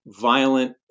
violent